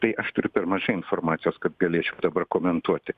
tai aš turiu per mažai informacijos kad galėčiau dabar komentuoti